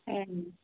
आम्